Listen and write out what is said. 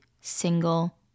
single